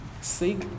seek